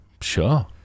Sure